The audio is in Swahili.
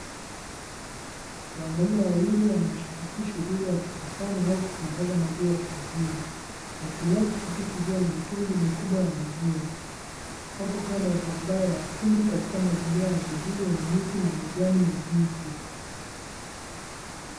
Wanaume wawili wanashiriki shughuli ya kukusanya au kusambaza maziwa kijijini. Wakitumia pikipiki iliyo na mitungi mikubwa ya maziwa. Wapo kando ya barabara ya vumbi katika mazingiri ya asubuhi yenye miti na majani mabichi.